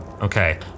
Okay